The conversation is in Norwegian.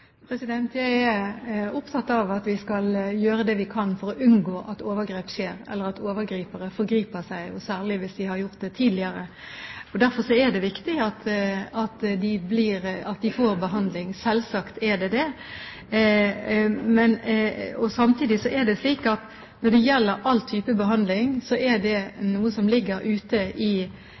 Jeg er opptatt av at vi skal gjøre det vi kan for å unngå at overgrep skjer, eller at overgripere forgriper seg, særlig hvis de har gjort det tidligere. Derfor er det viktig at de får behandling – selvsagt er det det. Samtidig er det slik at når det gjelder all type behandling, er det noe som ligger rundt omkring i